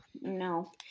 No